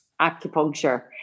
acupuncture